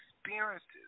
experiences